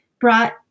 brought